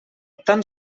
tan